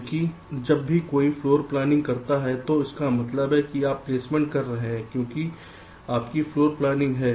क्योंकि जब भी कोई फ्लोर प्लानिंग करता है तो इसका मतलब है कि आप प्लेसमेंट कर रहे हैं क्योंकि आपकी फ्लोर प्रतिबंधित है